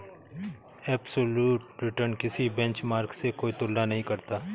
absolute return किसी benchmark से कोई तुलना नहीं करता